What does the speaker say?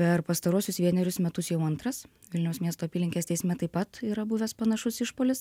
per pastaruosius vienerius metus jau antras vilniaus miesto apylinkės teisme taip pat yra buvęs panašus išpuolis